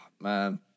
man